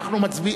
מאה אחוז.